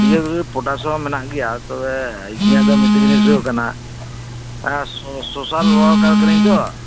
DAP production ᱢᱮᱱᱟᱜ ᱜᱮᱭᱟ ᱛᱚᱵᱮ ᱤᱧᱟᱜ ᱫᱚ ᱢᱤᱴᱟᱝ ᱡᱤᱱᱤᱥ ᱦᱩᱭᱩᱜ ᱠᱟᱱᱟ ᱥᱳᱥᱟᱞ ᱳᱭᱟᱨᱠᱟᱨ ᱠᱟᱹᱱᱟᱹᱧ ᱛᱳ